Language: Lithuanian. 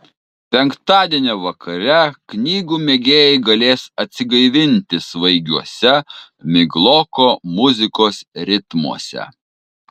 penktadienio vakare knygų mėgėjai galės atsigaivinti svaigiuose migloko muzikos ritmuose